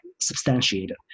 substantiated